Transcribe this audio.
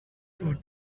sure